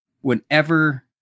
whenever